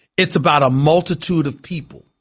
it's about a multitude of people